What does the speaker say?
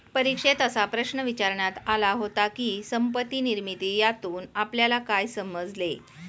परीक्षेत असा प्रश्न विचारण्यात आला होता की, संपत्ती निर्मिती यातून आपल्याला काय समजले?